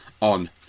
on